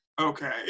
Okay